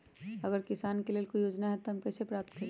अगर किसान के लेल कोई योजना है त हम कईसे प्राप्त करी?